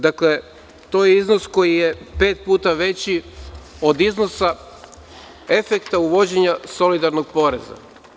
Dakle, to je iznos koji je pet puta veći od iznosa efekta uvođenja solidarnog poreza.